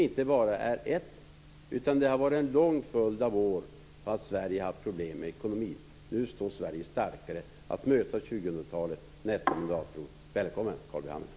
Under en lång följd av år har Sverige haft problem med ekonomin. Nu står Sverige starkare för att möta 2000-talet under nästa mandatperiod. Välkommen, Carl B Hamilton.